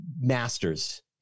masters